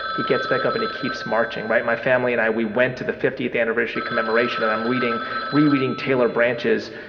he gets back up, and he keeps marching my family and i, we went to the fiftieth anniversary commemoration. and i'm rereading rereading taylor branch's